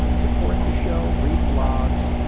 support the show, read blogs,